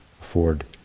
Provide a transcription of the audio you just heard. afford